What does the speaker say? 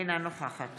אינה נוכחת